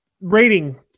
rating